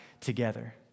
together